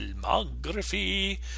filmography